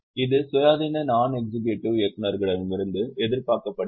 இது சுயாதீன நாண் எக்ஸிக்யூடிவ் இயக்குநர்களிடமிருந்து எதிர்பார்க்கப்படுகிறது